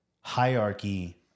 hierarchy